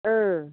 ओ